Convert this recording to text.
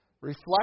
reflect